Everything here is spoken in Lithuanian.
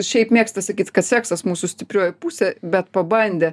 šiaip mėgsta sakyt kad seksas mūsų stiprioji pusė bet pabandę